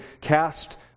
cast